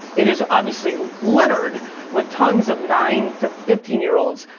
it is obviously littered with tons of nine to fifteen year olds,